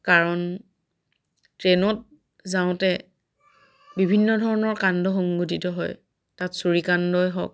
কাৰণ ট্ৰেইনত যাওঁতে বিভিন্ন ধৰণৰ কাণ্ড সংঘটিত হয় তাত ছুৰি কাণ্ডই হওক